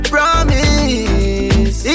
Promise